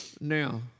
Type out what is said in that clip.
Now